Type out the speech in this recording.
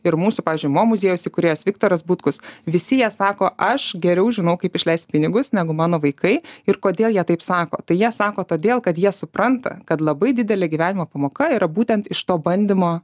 ir mūsų pavyzdžiui mo muziejaus įkūrėjas viktoras butkus visi jie sako aš geriau žinau kaip išleist pinigus negu mano vaikai ir kodėl jie taip sako tai jie sako todėl kad jie supranta kad labai didelė gyvenimo pamoka yra būtent iš to bandymo